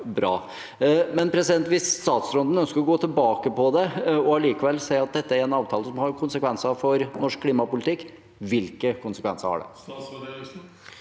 det vært bra. Hvis statsråden ønsker å gå tilbake på det og likevel si at dette er en avtale som har konsekvenser for norsk klimapolitikk, hvilke konsekvenser har den?